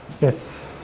Yes